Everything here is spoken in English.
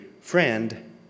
friend